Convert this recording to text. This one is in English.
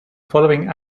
following